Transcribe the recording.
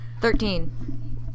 Thirteen